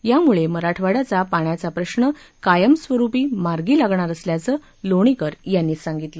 याम्ळे मराठवाड्याचा पाण्याचा प्रश्न कायमस्वरूपी मार्गी लागणार असल्याचं लोणीकर यांनी सांगितलं